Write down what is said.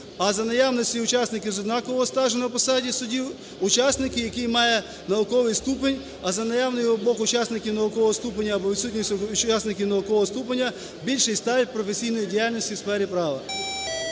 а за наявностю учасників з однаковим стажем на посаді судді – учаснику, який має науковий ступінь, а за наявності у обох учасників наукового ступеня або відсутність у учасників наукового ступеня – більший стаж професійної діяльності у сфері права.